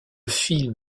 film